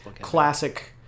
classic